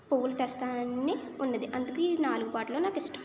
పూవులు తెస్తానని ఉన్నది అందుకు ఈ నాలుగు పాటలు నాకిష్టం